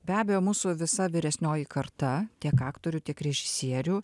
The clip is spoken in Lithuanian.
be abejo mūsų visa vyresnioji karta tiek aktorių tiek režisierių